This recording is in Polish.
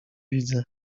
widzę